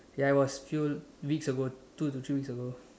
ya it was few weeks ago two to three weeks ago